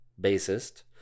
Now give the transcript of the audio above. bassist